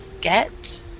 get